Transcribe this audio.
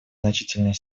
значительной